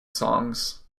songs